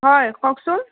হয় কওকচোন